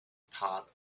part